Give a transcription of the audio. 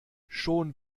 schon